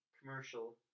commercial